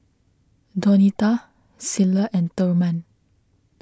Donita Cilla and Thurman